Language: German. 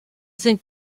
sind